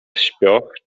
śpioch